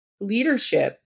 leadership